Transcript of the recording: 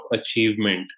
achievement